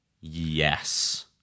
Yes